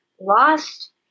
lost